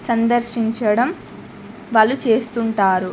సందర్శించడం వాళ్ళు చేస్తుంటారు